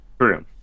True